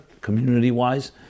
community-wise